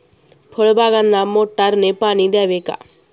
फळबागांना मोटारने पाणी द्यावे का?